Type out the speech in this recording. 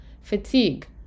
fatigue